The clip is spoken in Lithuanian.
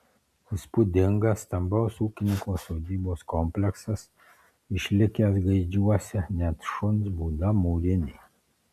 įspūdingas stambaus ūkininko sodybos kompleksas išlikęs gaidžiuose net šuns būda mūrinė